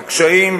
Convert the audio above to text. על קשיים.